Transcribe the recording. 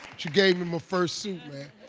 you gave me my first suit, man.